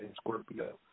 Scorpio